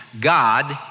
God